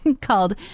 called